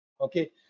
Okay